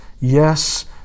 yes